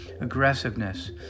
aggressiveness